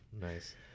Nice